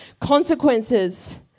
consequences